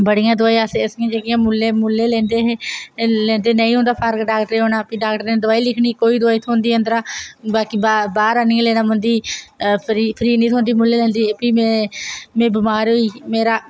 बड़ियां दवाइयां ऐसियां ऐसियां जेहकियां मुल्लें लैंदे हे ते लेंदे नेईं होंदा फायदा डाक्टरें औना फ्ही डाक्टरें दवाई लिखनी कोई दवाई थ्होंदी अंदरा बाकी बाहर आह्नियै लेना पौंदी फ्री नी थ्होंदी मुल्लें फ्ही में में बमार होई ही मेरा